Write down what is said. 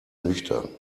nüchtern